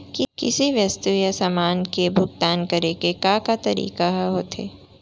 किसी वस्तु या समान के भुगतान करे के का का तरीका ह होथे?